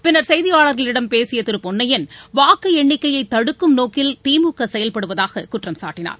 பிள்ளர் செய்தியாளர்களிடம் பேசிய திரு பொன்னையன் வாக்கு எண்ணிக்கையை தடுக்கும் நோக்கில் திமுக செயல்படுவதாக குற்றம் சாட்டினார்